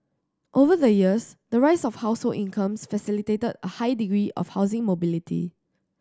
over the years the rise of household incomes facilitated a high degree of housing mobility